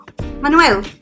manuel